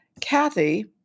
Kathy